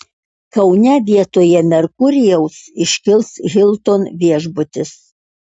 kaune vietoje merkurijaus iškils hilton viešbutis